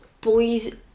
Boys